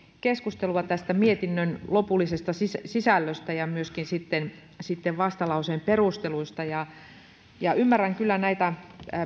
keskustelua tästä mietinnön lopullisesta sisällöstä emmekä myöskään sitten vastalauseen perusteluista ymmärrän kyllä näitä